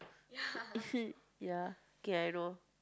ya okay I know